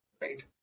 right